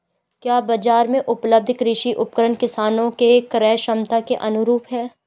क्या बाजार में उपलब्ध कृषि उपकरण किसानों के क्रयक्षमता के अनुरूप हैं?